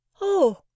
Oh